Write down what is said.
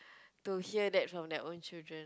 to hear that from their own children